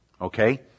Okay